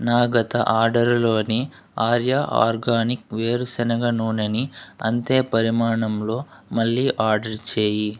నా గత ఆర్డరులోని ఆర్యా ఆర్గానిక్ వేరుశనగ నూనెని అంతే పరిమాణంలో మళ్ళీ ఆర్డర్ చేయి